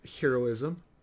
heroism